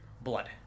blood